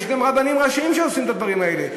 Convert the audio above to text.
יש גם רבנים ראשיים שעושים את הדברים האלה.